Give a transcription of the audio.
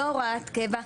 לא הוראת קבע,